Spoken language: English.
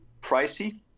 pricey